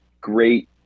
great